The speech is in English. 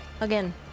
Again